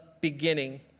beginning